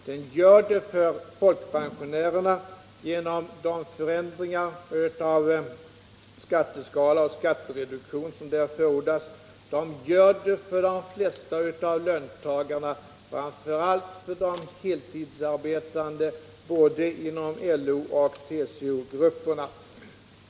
Den gör det för folkpensionärerna genom de förändringar av skatteskala och skattereduktion som där förordas. Den gör det för de flesta av löntagarna, framför allt för de heltidsarbetande både inom LO och TCO grupperna.